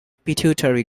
pituitary